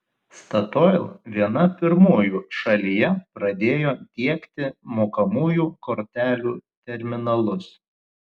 statoil viena pirmųjų šalyje pradėjo diegti mokamųjų kortelių terminalus